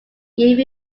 give